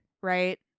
right